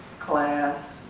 class,